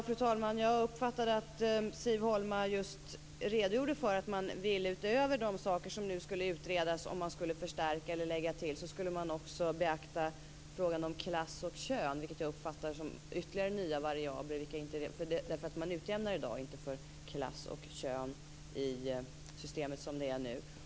Fru talman! Jag uppfattade att Siv Holma redogjorde för att man, utöver de saker som det nu skulle utredas om de skulle förstärkas eller läggas till, också skulle beakta frågorna om klass och kön. Detta uppfattade jag som ytterligare nya variabler. Man utjämnar nämligen inte för klass och kön såsom systemet är i dag.